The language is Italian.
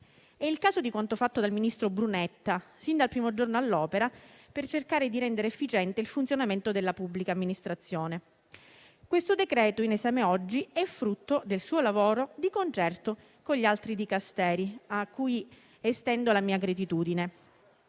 È il caso di quanto fatto dal ministro Brunetta, fin dal primo giorno all'opera per cercare di rendere efficiente il funzionamento della pubblica amministrazione. Il decreto-legge oggi in esame è frutto del suo lavoro, di concerto con gli altri Dicasteri, a cui estendo la mia gratitudine